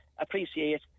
appreciate